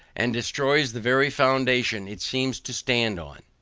and destroys the very foundation it seems to stand on.